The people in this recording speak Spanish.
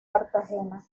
cartagena